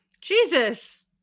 Jesus